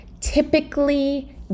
typically